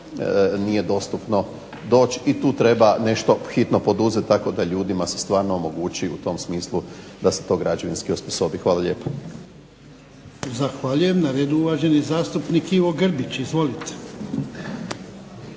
nije dostupno doći i tu treba nešto hitno poduzeti tako da ljudima se stvarno omogući u tom smislu da se to građevinski osposobi. Hvala lijepo. **Jarnjak, Ivan (HDZ)** Zahvaljujem. Na redu je uvaženi zastupnik Ivo Grbić. Izvolite.